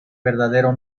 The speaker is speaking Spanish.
verdadero